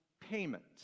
payment